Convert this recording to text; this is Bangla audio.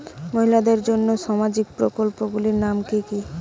মহিলাদের জন্য সামাজিক প্রকল্প গুলির নাম কি কি?